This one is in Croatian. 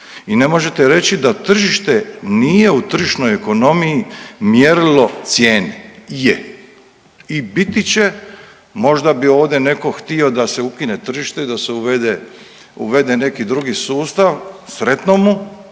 I ne možete reći da tržište nije u tržišnoj ekonomiji mjerilo cijene. Je i biti će. Možda bi ovdje neko htio da se ukine tržište i da se uvede, uvede neki drugi sustav, sretno mu.